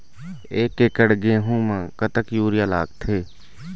एक एकड़ गेहूं म कतक यूरिया लागथे?